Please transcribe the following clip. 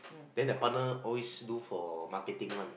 then the partner always do for marketing [one]